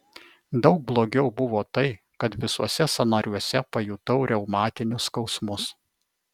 daug blogiau buvo tai kad visuose sąnariuose pajutau reumatinius skausmus